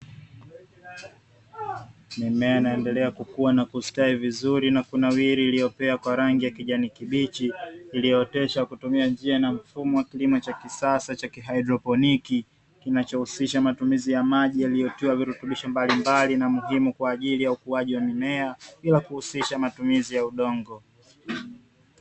Mimea inayoendelea kukua na kunawiri vizuri, iliyopea kwa rangi ya kijani kibichi, iliyooteshwa kwa kutumia njia na mfumo wa kilimo cha kisasa cha haidroponi, kinachohusisha matumizi ya maji yaliyotiwa virutubisho mbalimbali na muhimu, kwa ajili ya ukuaji wa mimea bila kuhusisha matumizi ya udongo.